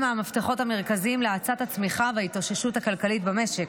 הם המפתחות המרכזיים להאצת הצמיחה וההתאוששות הכלכלית במשק.